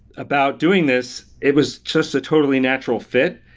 about doing this, it was just a totally natural fit.